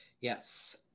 Yes